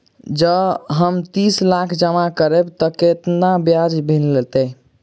जँ हम तीस लाख जमा करबै तऽ केतना ब्याज मिलतै?